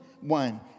one